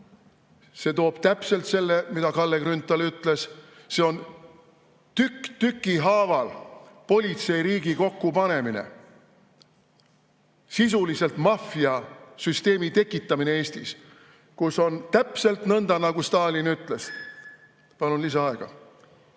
See toob täpselt selle, mida Kalle Grünthal ütles. See on tükk tüki haaval politseiriigi kokkupanemine, sisuliselt maffiasüsteemi tekitamine Eestis, kus on täpselt nõnda, nagu Stalin ütles ... Palun lisaaega.